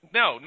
no